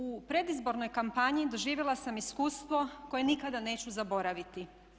U predizbornoj kampanji doživjela sam iskustvo koje nikada neću zaboraviti.